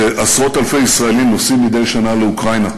שעשרות-אלפי ישראלים נוסעים מדי שנה לאוקראינה,